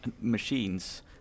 machines